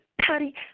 Patty